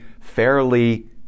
fairly